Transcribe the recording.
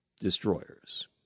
destroyers